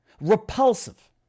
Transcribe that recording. repulsive